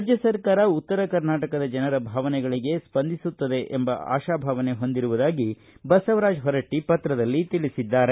ರಾಜ್ಯ ಸರ್ಕಾರ ಉತ್ತರ ಕರ್ನಾಟಕದ ಜನರ ಭಾವನೆಗಳಗೆ ಸ್ಪಂದಿಸುತ್ತದೆ ಎಂಬ ಆಶಾಭಾವನೆ ಹೊಂದಿರುವುದಾಗಿ ಬಸವರಾಜ ಹೊರಟ್ಟ ಪತ್ರದಲ್ಲಿ ತಿಳಿಬದ್ದಾರೆ